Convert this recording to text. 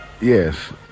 Yes